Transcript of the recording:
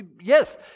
Yes